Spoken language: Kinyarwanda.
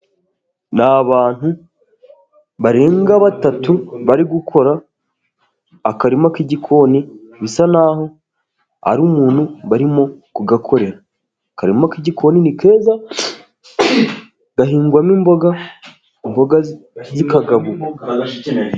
Ni abantu barenga batatu bari gukora akarima k'igikoni, bisa n'aho ari umuntu barimo kugakorera. Akarima k'igikoni ni keza gahingwamo imboga, imboga zikagaburwa.